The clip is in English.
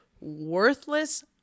worthless